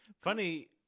Funny